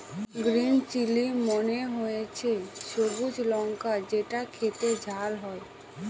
green chilli মানে হচ্ছে সবুজ লঙ্কা যেটা খেতে ঝাল হয়